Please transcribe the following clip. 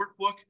workbook